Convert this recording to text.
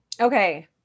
Okay